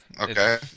Okay